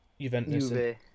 Juventus